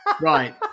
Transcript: Right